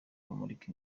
bamurika